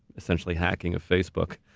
essentially, hacking of facebook.